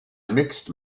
mixed